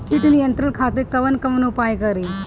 कीट नियंत्रण खातिर कवन कवन उपाय करी?